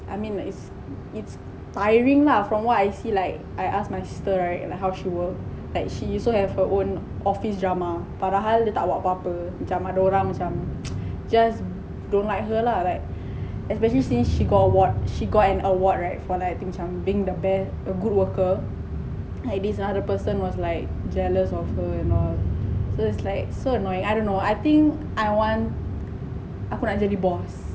I mean like it's it's tiring lah from what I see like I ask my sister right like how she work like she also have her own office drama padahal dia tak buat apa apa macam ada orang macam just don't like her lah like especially since she got award she got an award right for being the best a good worker like this ah the person was like jealous of her and all so its like so annoying I don't know I think I want aku nak jadi boss